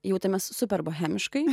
jautėmės super bohemiškai